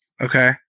Okay